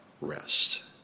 rest